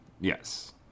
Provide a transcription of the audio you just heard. yes